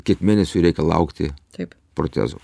kiek mėnesių reikia laukti protezų